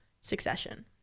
succession